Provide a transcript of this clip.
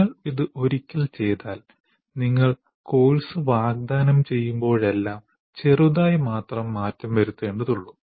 നിങ്ങൾ ഇത് ഒരിക്കൽ ചെയ്താൽ നിങ്ങൾ കോഴ്സ് വാഗ്ദാനം ചെയ്യുമ്പോഴെല്ലാം ചെറുതായി മാത്രം മാറ്റം വരുത്തേണ്ടതുള്ളൂ